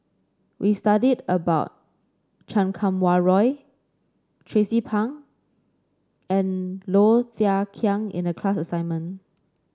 we studied about Chan Kum Wah Roy Tracie Pang and Low Thia Khiang in the class assignment